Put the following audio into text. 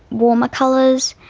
warmer colours,